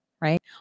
right